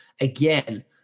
again